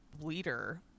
leader